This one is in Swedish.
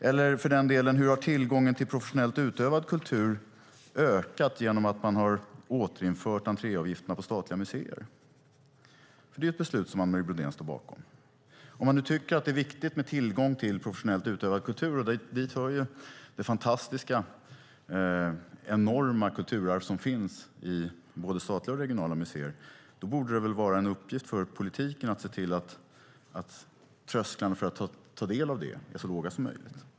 Hur har tillgången till professionellt utövad kultur ökat genom att man har återinfört entréavgifterna på statliga museer? Det är ju ett beslut som Anne Marie Brodén står bakom. Om man nu tycker att det är viktigt med professionellt utövad kultur - och dit hör det fantastiska, enorma kulturarv som finns i både statliga och regionala museer - borde det väl vara en uppgift för politiken att se till att trösklarna för att ta del av det är så låga som möjligt?